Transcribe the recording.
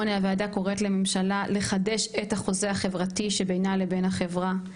הוועדה קוראת לממשלה לחדש את החוזה החברתי שבינה לבין החברה,